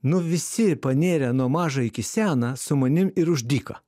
nu visi panėrė nuo mažo iki seną su manim ir už dyką